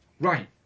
right